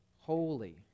holy